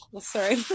sorry